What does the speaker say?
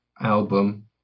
album